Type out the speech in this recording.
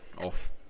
off